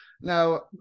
Now